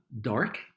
dark